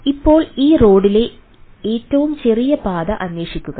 ഇപ്പോൾ ഈ റോഡിലെ ഏറ്റവും ചെറിയ പാത അന്വേഷിക്കുക